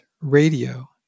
radio